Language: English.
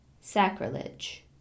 Sacrilege